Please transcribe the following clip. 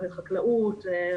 חקלאות,